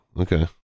okay